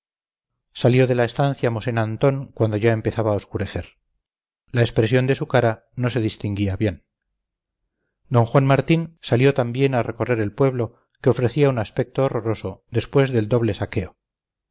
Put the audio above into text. salió de la estancia mosén antón cuando ya empezaba a oscurecer la expresión de su cara no se distinguía bien d juan martín salió también a recorrer el pueblo que ofrecía un aspecto horroroso después del doble saqueo